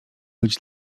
być